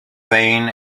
vein